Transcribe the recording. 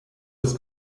des